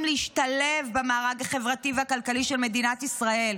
להשתלב במארג החברתי והכלכלי של מדינת ישראל.